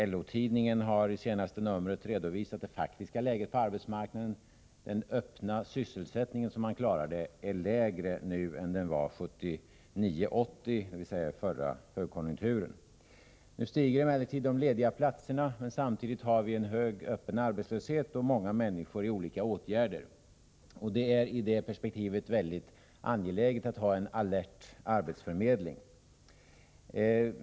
LO-tidningen har i det senaste numret redovisat det faktiska läget på arbetsmarknaden: den öppna sysselsättningen är lägre nu än den var under förra högkonjunkturen 1979-1980. Nu ökar antalet lediga platser, men samtidigt har vi en hög öppen arbetslöshet och många människor är föremål för olika arbetsmarknadspolitiska åtgärder. Det är ur det perspektivet sett mycket angeläget att ha en alert arbetsförmedling.